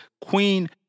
Queen